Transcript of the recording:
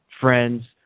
friends